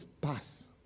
pass